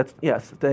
yes